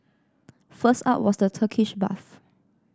first up was the Turkish bath